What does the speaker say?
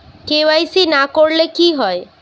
KYC না করলে কি হয়?